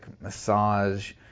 massage